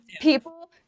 people